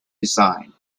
design